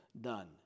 done